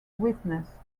witness